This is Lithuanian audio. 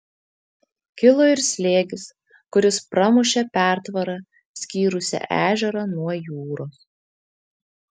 kilo ir slėgis kuris pramušė pertvarą skyrusią ežerą nuo jūros